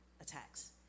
attacks